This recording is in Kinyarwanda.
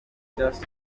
kagame